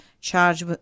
charge